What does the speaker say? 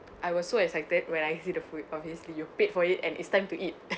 I was so excited when I see the food obviously you paid for it and it's time to eat